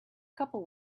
couple